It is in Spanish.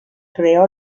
creó